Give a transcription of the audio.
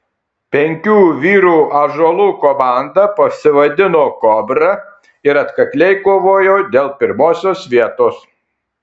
penkių vyrų ąžuolų komanda pasivadino kobra ir atkakliai kovojo dėl pirmosios vietos